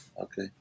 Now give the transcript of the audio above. okay